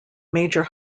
major